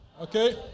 Okay